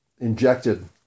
injected